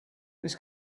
this